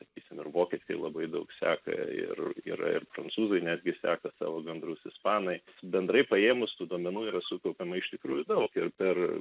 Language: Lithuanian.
sakysim ir vokiečiai labai daug seka ir yra ir prancūzai netgi seka savo gandrus ispanai bendrai paėmus tų duomenų yra sukaupiama iš tikrųjų daug ir per